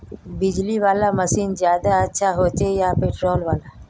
बिजली वाला मशीन ज्यादा अच्छा होचे या पेट्रोल वाला?